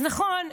אז נכון,